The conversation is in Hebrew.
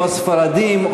או ספרדים,